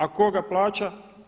A tko ga plaća?